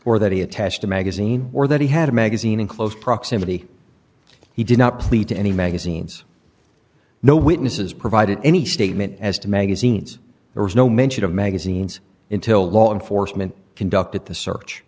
or that he attached a magazine or that he had a magazine in close proximity he did not plead to any magazines no witnesses provided any statement as to magazines there was no mention of magazines intil law enforcement conduct at the search